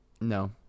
No